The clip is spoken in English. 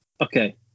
Okay